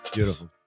Beautiful